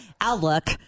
Outlook